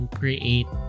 create